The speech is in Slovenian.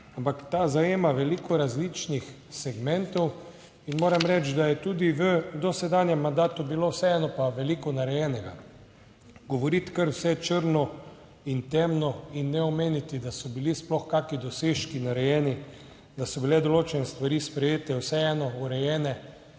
ampak ta zajema veliko različnih segmentov in moram reči, da je tudi v dosedanjem mandatu bilo vseeno pa veliko narejenega. Govoriti kar vse črno in temno in ne omeniti, da so bili sploh kakšni dosežki narejeni, da so bile določene stvari sprejete, vseeno urejene,